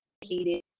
heated